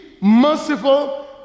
merciful